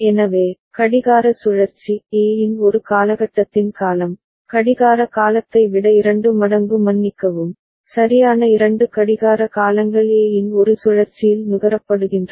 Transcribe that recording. எனவே கடிகார சுழற்சி A இன் ஒரு காலகட்டத்தின் காலம் கடிகார காலத்தை விட இரண்டு மடங்கு மன்னிக்கவும் சரியான இரண்டு கடிகார காலங்கள் A இன் ஒரு சுழற்சியில் நுகரப்படுகின்றன